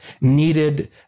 needed